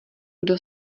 kdo